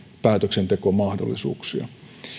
päätöksentekomahdollisuuksia